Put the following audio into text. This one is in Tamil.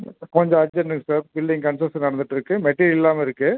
கொஞ்சம் அர்ஜென்ட்டுங்க சார் பில்டிங் கன்ஸ்ட்ரக்ஷன் நடந்துட்டுருக்கு மெட்டீரியல் இல்லாமல் இருக்குது